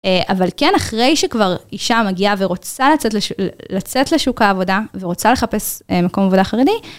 אבל כן, אחרי שכבר אישה מגיעה ורוצה לצאת לשוק העבודה ורוצה לחפש מקום עבודה חרדי.